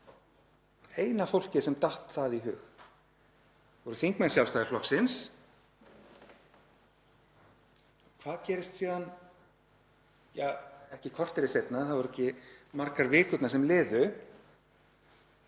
Eina fólkið sem datt það í hug voru þingmenn Sjálfstæðisflokksins. Hvað gerist síðan, ja, ekki korteri seinna en það voru ekki margar vikur sem liðu